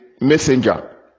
messenger